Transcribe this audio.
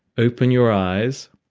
open your eyes